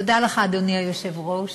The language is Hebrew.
תודה לך, אדוני היושב-ראש,